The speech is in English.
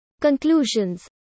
Conclusions